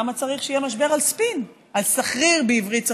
למה צריך שיהיה משבר על ספין, על סחריר, בעברית?